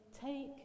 take